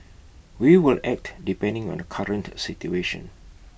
we will act depending on the current situation